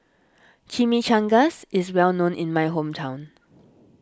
Chimichangas is well known in my hometown